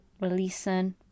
releasing